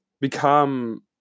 become